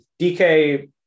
DK